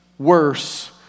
Worse